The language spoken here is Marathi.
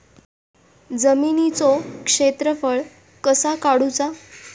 जमिनीचो क्षेत्रफळ कसा काढुचा?